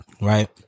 Right